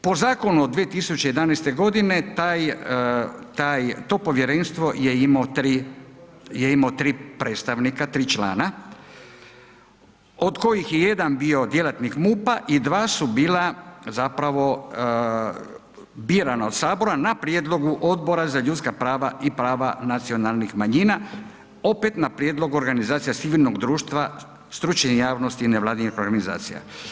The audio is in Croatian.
Po zakonu od 2011. g. to povjerenstvo je imalo 3 predstavnika, 3 člana, od kojih je jedan bio djelatnik MUP-a i dva su bila zapravo birana od Sabora na prijedlogu Odbora za ljudska prava i prava nacionalnih manjina opet na prijedlog organizacija civilnog društva, stručne javnosti i nevladinih organizacija.